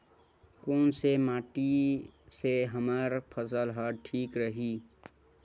कोन से माटी से हमर फसल ह ठीक रही?